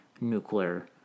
nuclear